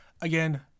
again